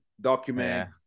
document